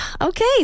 okay